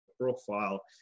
profile